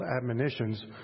admonitions